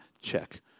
check